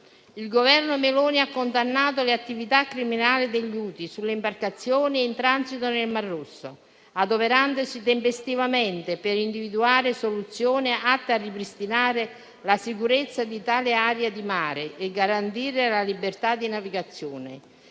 Il Governo Meloni ha condannato le attività criminali degli Houthi sulle imbarcazioni in transito nel Mar Rosso, adoperandosi tempestivamente per individuare soluzioni atte a ripristinare la sicurezza di tale area di mare e garantire la libertà di navigazione.